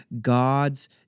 God's